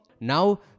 now